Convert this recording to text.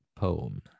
poem